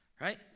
Right